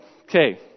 Okay